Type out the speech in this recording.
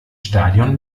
stadion